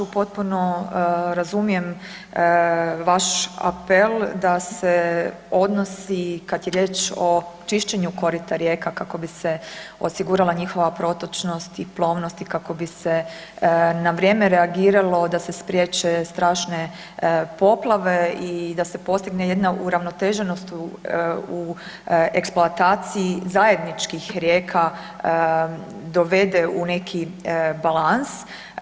Potpuno razumijevam vaš apel da se odnosi kad je riječ o čišćenju korita rijeka kako bi se osigurala njihova protočnost i plovnost i kako bi se na vrijeme reagiralo da se spriječe strašne poplave i da se postigne jedna uravnoteženost u eksploataciji zajedničkih rijeka dovede u neki balans.